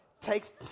Takes